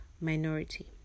minority